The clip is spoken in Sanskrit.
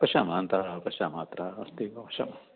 पश्यामः अनन्तरं पश्यामः अत्र अस्ति अवश्यं